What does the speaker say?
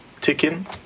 ticking